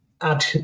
Add